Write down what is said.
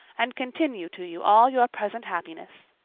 and continue to you all your present happiness.